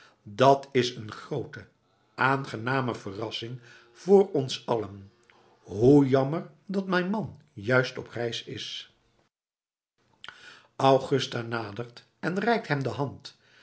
dat is een groote aangename verrassing voor ons allen hoe jammer dat mijn man juist op reis is augusta nadert en reikt hem de hand